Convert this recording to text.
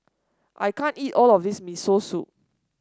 I can't eat all of this Miso Soup